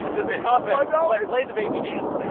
does it cost five dollars? play the baby dance.